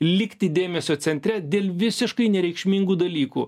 likti dėmesio centre dėl visiškai nereikšmingų dalykų